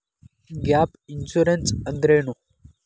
Gap insurance ಅಂದ್ರೇನು?